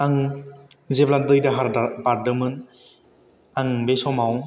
आं जेब्ला दै दाहार बारदोंमोन आं बे समाव